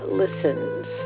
listens